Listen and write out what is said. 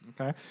Okay